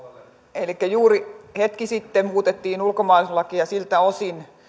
elikkä juuri hetki sitten muutettiin ulkomaalaislakia siltä osin